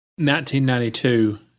1992